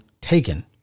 taken